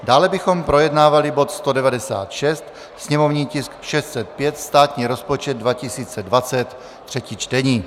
Dále bychom projednávali bod 196, sněmovní tisk 605 státní rozpočet 2020, třetí čtení.